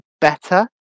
Better